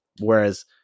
Whereas